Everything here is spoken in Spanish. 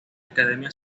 academia